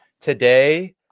today